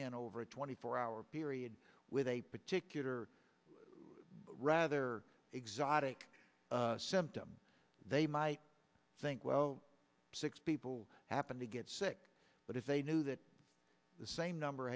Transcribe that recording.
in over a twenty four hour period with a particular rather exotic symptom they might think well six people happened to get sick but if they knew that the same number